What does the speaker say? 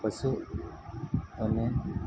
પશુ અમે